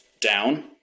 down